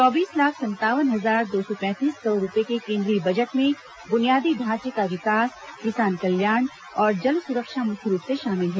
चौबीस लाख संतावन हजार दो सौ पैंतीस करोड़ रूपये के केंद्रीय बजट में बुनियादी ढांचे का विकास किसान कल्याण और जल सुरक्षा मुख्य रूप से शामिल है